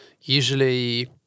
usually